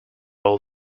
all